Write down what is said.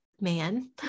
man